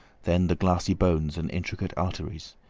then the glassy bones and intricate arteries,